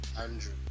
Andrew